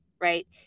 right